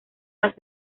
las